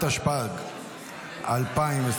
התשפ"ג 2023,